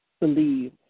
believe